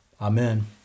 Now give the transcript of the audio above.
Amen